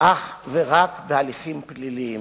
אך ורק בהליכים פליליים